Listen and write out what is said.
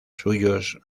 suyos